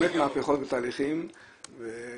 ליאור עשה באמת מהפכות ותהליכים ובאמת